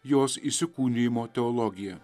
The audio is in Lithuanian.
jos įsikūnijimo teologija